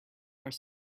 are